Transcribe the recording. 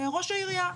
ראש העירייה,